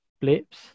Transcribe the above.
blips